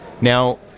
now